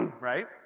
right